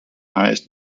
highest